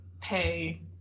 pay